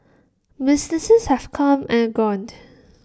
businesses have come and gone